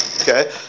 Okay